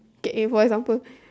k eh for example